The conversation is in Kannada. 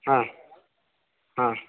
ಹಾಂ ಹಾಂ